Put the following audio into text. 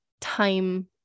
time